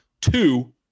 two